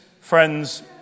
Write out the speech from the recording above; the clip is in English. friends